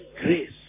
Grace